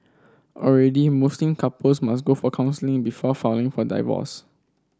already Muslim couples must go for counselling before for divorce